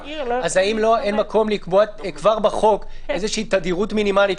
האם אין מקום לקבוע כבר בחוק תדירות מינימלית,